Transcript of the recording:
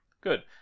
Good